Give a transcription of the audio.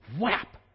Whap